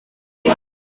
huye